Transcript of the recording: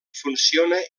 funciona